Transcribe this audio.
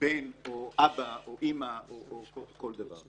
בן או אבא או אימא או כל דבר.